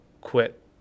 quit